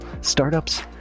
startups